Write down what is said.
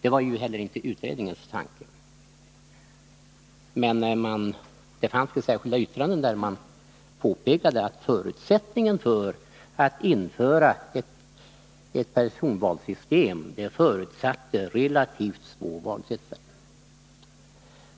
Det var ju inte heller utredningens tanke, men det fanns särskilda yttranden, där man påpekade att införandet av ett personvalssystem förutsatte relativt små valkretsar.